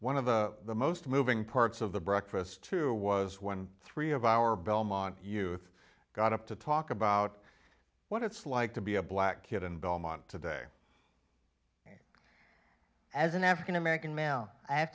one of the most moving parts of the breakfast true was when three of our belmont you with got up to talk about what it's like to be a black kid in belmont today as an african american male i have